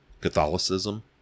Catholicism